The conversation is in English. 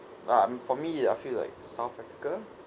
um for me I feel like south africa